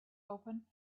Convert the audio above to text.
open